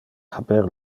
haber